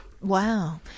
Wow